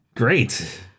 Great